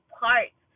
parts